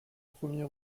premier